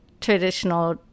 traditional